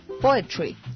Poetry